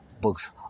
books